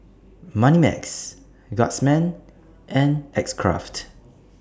Moneymax Guardsman and X Craft